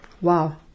Wow